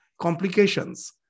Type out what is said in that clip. complications